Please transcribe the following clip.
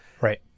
Right